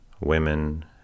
women